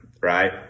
right